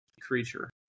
creature